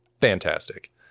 fantastic